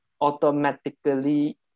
automatically